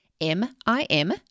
M-I-M